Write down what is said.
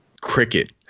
Cricket